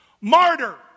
martyr